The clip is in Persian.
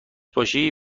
باشی